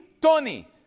Tony